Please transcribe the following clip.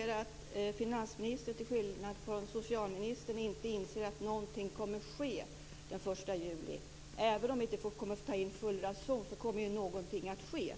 Fru talman! Jag kan då konstatera att finansministern till skillnad från socialministern inte inser att någonting kommer att ske den 1 juli. Även om vi inte kommer att få ta in full ranson kommer någonting att ske.